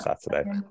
Saturday